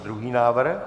Druhý návrh.